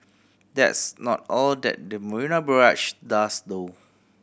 that's not all that the Marina Barrage does though